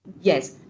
Yes